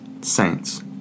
Saints